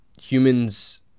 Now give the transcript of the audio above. humans